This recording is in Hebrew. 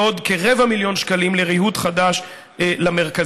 עוד כרבע מיליון שקלים לריהוט חדש למרכזים.